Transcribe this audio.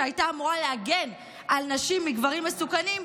שהייתה אמורה להגן על נשים מגברים מסוכנים,